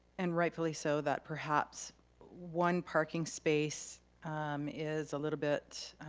and rightfully so, that perhaps one parking space is a little bit